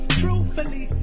truthfully